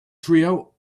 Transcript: trio